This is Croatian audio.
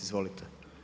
Izvolite.